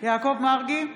יעקב מרגי,